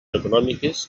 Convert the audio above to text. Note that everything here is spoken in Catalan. econòmiques